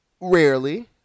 rarely